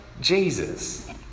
Jesus